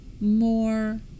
more